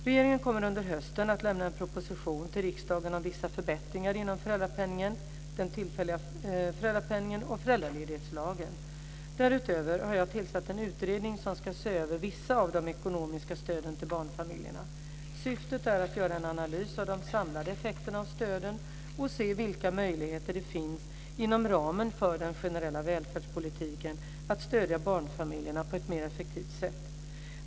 Regeringen kommer under hösten att lämna en proposition till riksdagen om vissa förbättringar inom föräldrapenningen, den tillfälliga föräldrapenningen och föräldraledighetslagen. Därutöver har jag tillsatt en utredning som ska se över vissa av de ekonomiska stöden till barnfamiljerna. Syftet är att göra en analys av de samlade effekterna av stöden och se vilka möjligheter det finns inom ramen för den generella välfärdspolitiken att stödja barnfamiljerna på ett mer effektivt sätt.